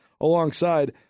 alongside